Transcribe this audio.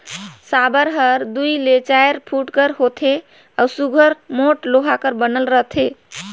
साबर हर दूई ले चाएर फुट कर होथे अउ सुग्घर मोट लोहा कर बनल रहथे